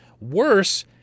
Worse